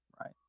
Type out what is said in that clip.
Right